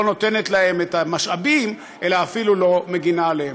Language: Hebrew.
נותנת להם את המשאבים אלא אפילו לא מגינה עליהם.